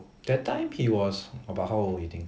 that time he was about how old already